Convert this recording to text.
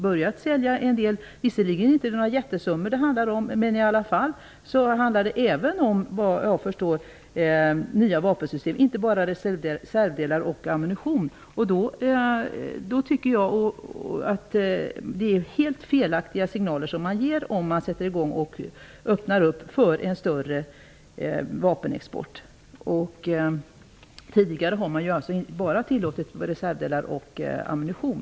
Det handlar visserligen inte om några jättesummor, men det handlar såvitt jag förstår om nya vapensystem och inte bara om reservdelar och ammunition. Man ger helt felaktiga signaler om man börjar öppna för en större vapenexport. Tidigare har man bara tillåtit export av reservdelar och ammunition.